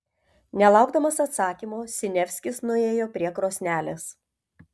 nelaukdamas atsakymo siniavskis nuėjo prie krosnelės